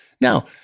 Now